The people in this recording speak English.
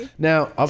Now